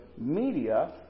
media